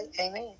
Amen